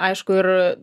aišku ir